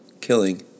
killing